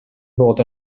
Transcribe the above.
fod